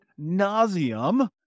nauseum